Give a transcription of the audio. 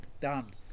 done